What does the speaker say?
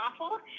awful